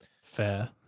Fair